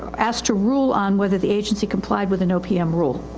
asked to rule on whether the agency complied with an opm rule.